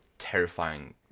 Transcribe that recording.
terrifying